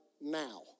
now